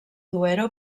duero